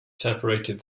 separated